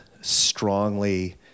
strongly